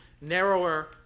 narrower